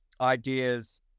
ideas